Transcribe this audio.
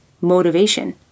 motivation